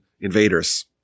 invaders